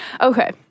Okay